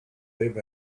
live